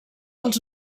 els